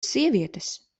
sievietes